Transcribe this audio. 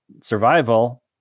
survival